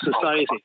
society